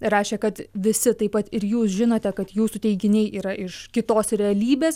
rašė kad visi taip pat ir jūs žinote kad jūsų teiginiai yra iš kitos realybės